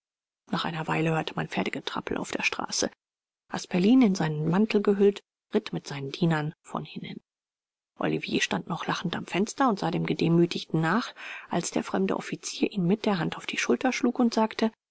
nach einer weile hörte man pferdegetrappel auf der straße asperlin in seinen mantel gehüllt ritt mit seinen dienern von hinnen olivier stand noch lachend am fenster und sah dem gedemütigten nach als der fremde offizier ihn mit der hand auf die schulter schlug und sagte